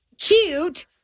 Cute